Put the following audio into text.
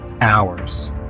hours